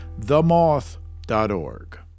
themoth.org